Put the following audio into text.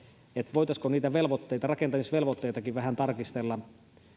voitaisiinko niitä rakentamisvelvoitteitakin vähän tarkistella